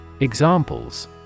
Examples